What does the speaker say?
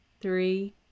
three